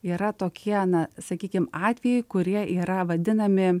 yra tokie na sakykim atvejai kurie yra vadinami